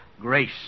grace